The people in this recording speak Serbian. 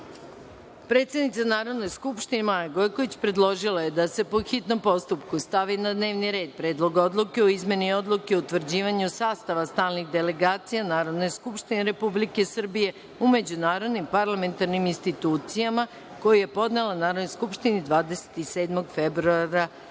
predlog. Predsednik Narodne skupštine, Maja Gojković, predložila je da se po hitnom postupku stavi na dnevni red Predlog odluke o izmeni Odluke o utvrđivanju sastava stalnih delegacija Narodne skupštine Republike Srbije u međunarodnim parlamentarnim institucijama, koji je podnela Narodnoj skupštini 27. februara